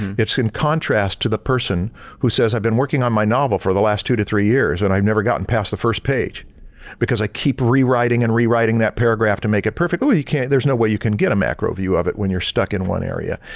it's in contrast to the person who says i've been working on my novel for the last two to three years and i've never gotten past the first page because i keep rewriting and rewriting that paragraph to make it perfect. ell, you can't there's no way you can get a macro view of it when you're stuck in one area.